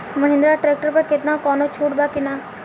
Mahindra tractor पर केतना कौनो छूट बा कि ना?